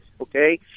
okay